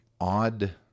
Odd